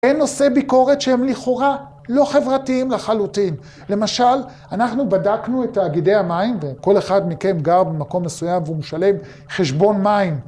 אין נושאי ביקורת שהם, לכאורה, לא חברתיים לחלוטין. למשל, אנחנו בדקנו את תאגידי המים, וכל אחד מכם גר במקום מסוים והוא משלם חשבון מים...